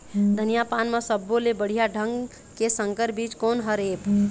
धनिया पान म सब्बो ले बढ़िया ढंग के संकर बीज कोन हर ऐप?